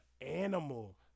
animal